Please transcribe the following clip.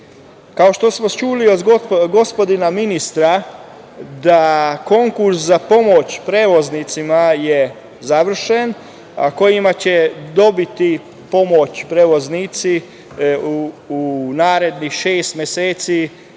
što smo čuli od gospodina ministra da je konkurs za pomoć prevoznicima završen, a kojim će dobiti pomoć prevoznici u narednih šest meseci